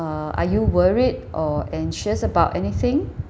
uh are you worried or anxious about anything